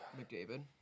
McDavid